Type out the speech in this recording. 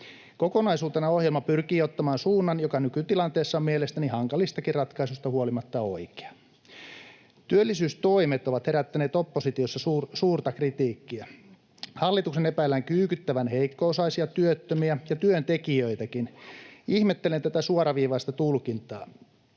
Kokonaisuutena ohjelma pyrkii ottamaan suunnan, joka nykytilanteessa on mielestäni hankalistakin ratkaisuista huolimatta oikea. Työllisyystoimet ovat herättäneet oppositiossa suurta kritiikkiä. Hallituksen epäillään kyykyttävän heikko-osaisia työttömiä ja työntekijöitäkin. Ihmettelen tätä suoraviivaista tulkintaa.